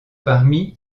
parmi